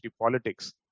politics